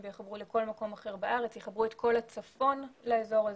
ויחזרו לכל מקום אחר בארץ ויחברו את כל הצפון לאזור הזה.